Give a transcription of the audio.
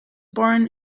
born